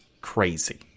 crazy